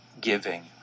giving